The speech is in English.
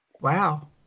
Wow